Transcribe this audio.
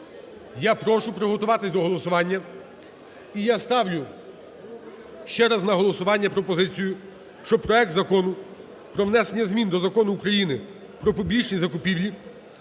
я прошу приготуватися до голосування. І я ставлю ще раз на голосування пропозицію, що проект Закону про внесення змін до Закону України "Про публічні закупівлі"